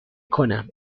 کنم